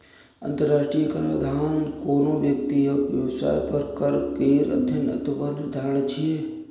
अंतरराष्ट्रीय कराधान कोनो व्यक्ति या व्यवसाय पर कर केर अध्ययन अथवा निर्धारण छियै